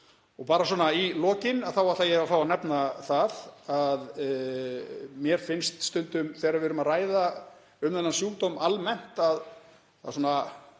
Bara svona í lokin ætla ég að fá að nefna það að mér finnst stundum, þegar við erum að ræða um þennan sjúkdóm almennt — það